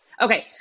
Okay